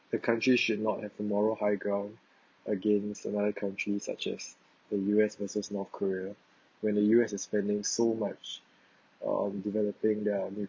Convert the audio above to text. the countries should not have a moral high ground against another country such as the U_S versus north korea when the U_S is spending so much uh developing their